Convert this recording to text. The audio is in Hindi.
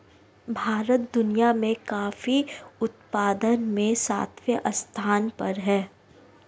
भारत दुनिया में कॉफी उत्पादन में सातवें स्थान पर है